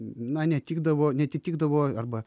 na netikdavo neatitikdavo arba